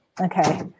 Okay